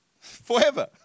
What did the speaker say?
forever